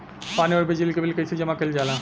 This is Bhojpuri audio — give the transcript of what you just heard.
पानी और बिजली के बिल कइसे जमा कइल जाला?